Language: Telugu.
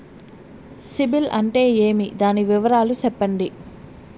సిబిల్ అంటే ఏమి? దాని వివరాలు సెప్పండి?